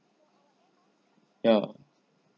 ya